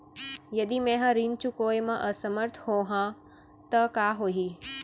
यदि मैं ह ऋण चुकोय म असमर्थ होहा त का होही?